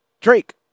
Drake